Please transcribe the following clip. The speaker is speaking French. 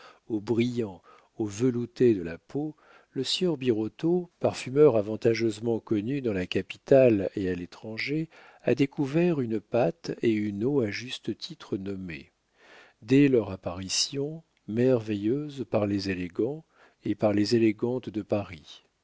au brillant au velouté de la peau le sieur birotteau parfumeur avantageusement connu dans la capitale et à l'étranger a découvert une pâte et une eau à juste titre nommées dès leur apparition merveilleuses par les élégants et par les élégantes de paris